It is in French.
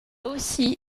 aussi